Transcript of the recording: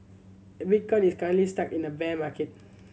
bitcoin is currently stuck in a bear market